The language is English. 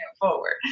forward